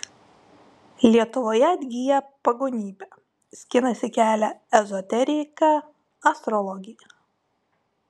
lietuvoje atgyja pagonybė skinasi kelią ezoterika astrologija